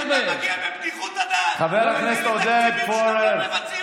חבר הכנסת עודד, חבר הכנסת עודד, בבקשה.